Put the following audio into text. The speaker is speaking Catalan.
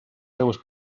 seues